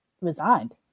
resigned